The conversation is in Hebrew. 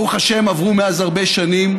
ברוך השם, עברו מאז הרבה שנים.